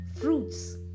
fruits